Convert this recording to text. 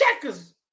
checkers